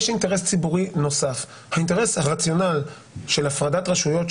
יש אינטרס ציבורי נוסף: הרציונל של הפרדת רשויות,